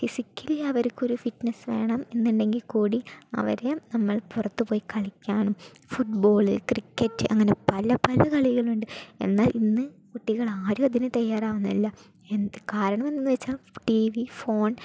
അവർക്ക് ഫിസിക്കലി അവർക്ക് ഒരു ഫിറ്റ്നസ് വേണം എന്നുണ്ടെങ്കിൽ അവരെ നമ്മൾ പുറത്തുപോയി കളിക്കണം ഫുട്ബോൾ ക്രിക്കറ്റ് അങ്ങനെ പല പല കളികൾ ഉണ്ട് എന്നാൽ ഇന്ന് കുട്ടികൾ ആരും അതിന്നു തയ്യാറാകുന്നില്ല എന്ത് കാരണം എന്നുവെച്ചാൽ ടീവി ഫോൺ